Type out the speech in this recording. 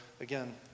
again